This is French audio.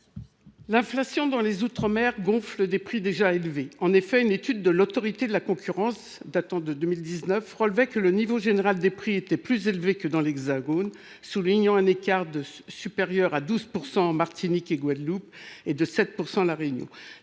L’inflation dans les outre mer gonfle des prix déjà élevés. En effet, une étude de l’Autorité de la concurrence datant de 2019 relevait que le niveau général des prix y était plus élevé que dans l’Hexagone : de plus de 12 % supérieur à la Martinique et à la Guadeloupe, de 7 % à La Réunion.